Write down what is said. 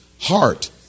heart